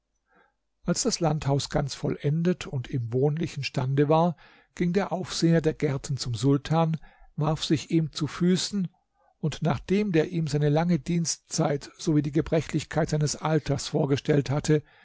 als das landhaus ganz vollendet und im wohnlichen stande war ging der aufseher der gärten zum sultan warf sich ihm zu füßen und nachdem der ihm seine lange dienstzeit sowie die gebrechlichkeit seines alters vorgestellt hatte